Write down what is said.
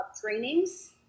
trainings